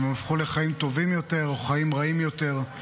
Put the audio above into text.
אם הם הפכו לחיים טובים יותר או חיים רעים יותר,